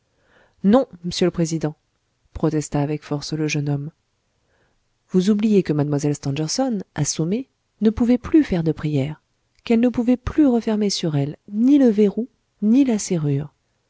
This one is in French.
non m'sieur le président protesta avec force le jeune homme vous oubliez que mlle stangerson assommée ne pouvait plus faire de prière qu'elle ne pouvait plus refermer sur elle ni le verrou ni la serrure